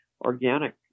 organic